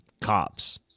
cops